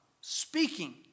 Speaking